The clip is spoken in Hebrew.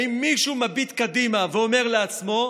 האם מישהו מביט קדימה ואומר לעצמו: